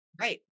Right